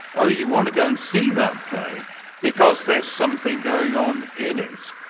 oh you want to go and see that play because there's something going on in it.